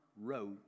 wrote